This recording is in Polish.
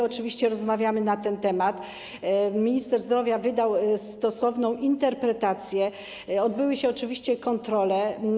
Oczywiście rozmawiamy na ten temat, minister zdrowia wydał stosowną interpretację, odbyły się kontrole.